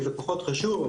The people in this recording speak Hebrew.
כי זה פשוט חשוב,